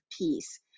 peace